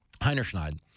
Heinerschneid